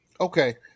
Okay